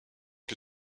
que